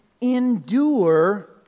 endure